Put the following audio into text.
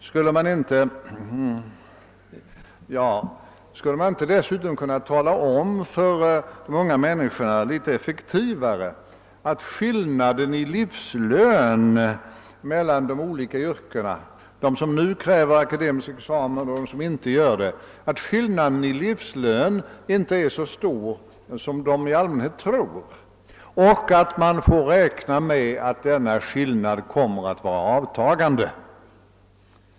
Skulle man inte också litet effektivare kunna tala om för de unga människorna att skillnaden i livslön mellan de olika yrkena — de som nu kräver akademisk examen och de som inte gör det — inte är så stor som de i allmänhet tror, och att man får räkna med att denna skillnad kommer att avtaga?